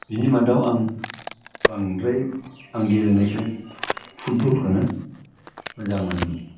बिनि मादाव आं बांद्राय आं गेलेनायौ फुटबलखौनो मोजां मोनोमोन